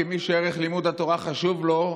כמי שערך לימוד התורה חשוב לו,